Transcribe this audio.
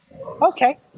Okay